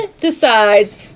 decides